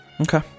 Okay